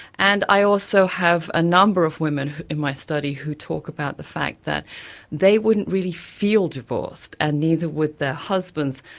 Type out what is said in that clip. and i also have a number of women in my study who talk about the fact that they wouldn't really feel divorced, and neither would their husbands,